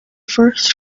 first